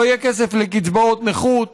לא יהיה כסף לקצבאות נכות,